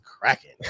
cracking